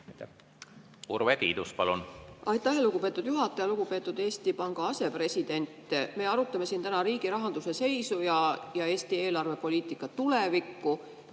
Urve Tiidus, palun! Aitäh, lugupeetud juhataja! Lugupeetud Eesti Panga asepresident! Me arutame siin täna riigi rahanduse seisu ja Eesti eelarvepoliitika tulevikku.